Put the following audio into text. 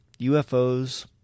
ufos